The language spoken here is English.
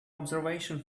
observation